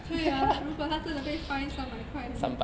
对啊如果他真的被 fine 三百块